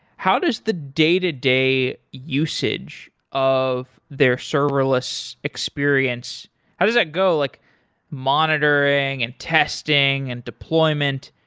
how does the day-to-day usage of their serverless experience how does that go, like monitoring and testing and deployment,